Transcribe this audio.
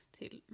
till